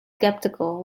skeptical